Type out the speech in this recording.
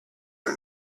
are